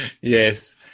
Yes